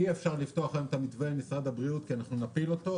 אי אפשר לפתוח היום את המתווה עם משרד הבריאות כי אנחנו נפיל אותו,